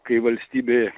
kai valstybė